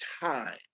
time